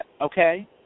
okay